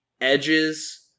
edges